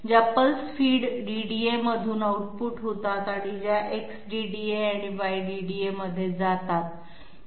ज्या pulse feed DDA मधून output होतात आणि ज्या X DDA आणि Y DDA मध्ये जातात